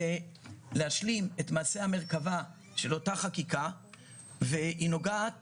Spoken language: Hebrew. זה להשלים את מעשה המרכבה של אותה חקיקה והיא נוגעת